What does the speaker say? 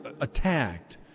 attacked